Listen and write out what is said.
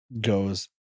goes